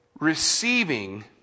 receiving